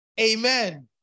Amen